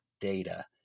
data